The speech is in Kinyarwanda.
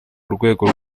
urwego